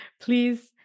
Please